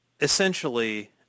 essentially